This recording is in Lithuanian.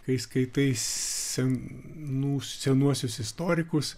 kai skaitai senus senuosius istorikus